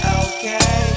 okay